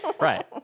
Right